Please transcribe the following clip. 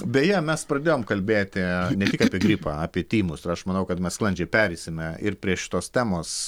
beje mes pradėjom kalbėti ne tik apie gripą apie tymus aš manau kad mes sklandžiai pereisime ir prie šitos temos